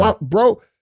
Bro